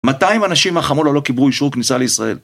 מאתיים אנשים מהחמולה לא קיבלו אישור כניסה לישראל?